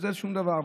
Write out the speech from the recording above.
זה שום דבר.